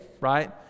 right